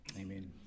amen